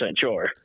sure